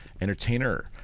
entertainer